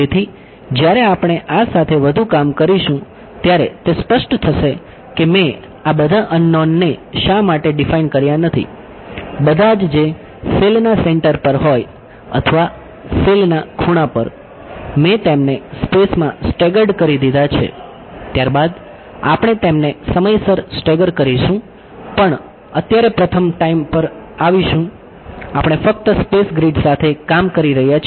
તેથી જ્યારે આપણે આ સાથે વધુ કામ કરીશું ત્યારે તે સ્પષ્ટ થશે કે મેં આ બધા અનનોનને શા માટે ડિફાઇન કર્યા નથી બધા જ જે સેલના સેન્ટર પર હોય અથવા સેલના ખૂણા પર મેં તેમને સ્પેસમાં સ્ટેગર્ડ કરી દીધા છે ત્યારબાદ આપણે તેમને સમયસર સ્ટેગર કરીશું પણ અત્યારે પ્રથમ ટાઈમ પર આવીશું આપણે ફક્ત સ્પેસ ગ્રીડ સાથે કામ કરી રહ્યા છીએ